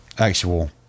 actual